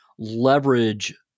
leverage